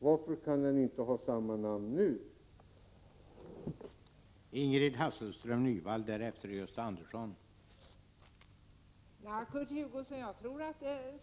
Varför kan den inte ha samma benämning nu?